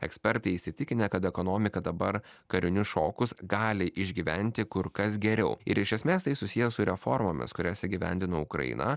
ekspertai įsitikinę kad ekonomika dabar karinius šokus gali išgyventi kur kas geriau ir iš esmės tai susiję su reformomis kurias įgyvendino ukraina